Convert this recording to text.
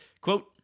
quote